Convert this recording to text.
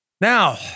Now